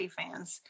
fans